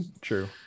True